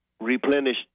replenish